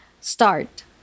start